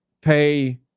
pay